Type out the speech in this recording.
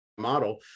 model